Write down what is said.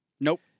Nope